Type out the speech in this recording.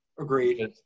Agreed